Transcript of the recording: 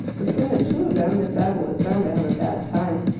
between the two of them miss abbott was bound to have a bad time.